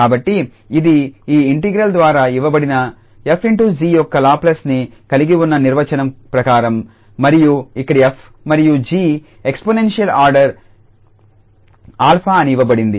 కాబట్టి ఇది ఈ ఇంటిగ్రల్ ద్వారా ఇవ్వబడిన 𝑓∗𝑔 యొక్క లాప్లేస్ని కలిగి ఉన్న నిర్వచనం ప్రకారం మరియు ఇక్కడ 𝑓 మరియు 𝑔 ఎక్స్పోనెన్షియల్ ఆర్డర్ 𝛼 అని ఇవ్వబడింది